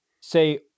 Say